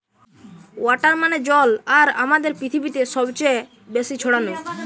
water মানে জল আর আমাদের পৃথিবীতে সবচে বেশি ছড়ানো